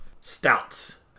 Stouts